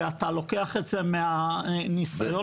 כי אתה לוקח את זה מניסיון מעשי.